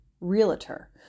realtor